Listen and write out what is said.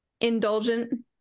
Indulgent